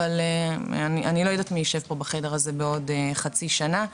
אבל אני לא יודעת מי יישב פה בחדר הזה בעוד חצי שנה.